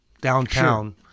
downtown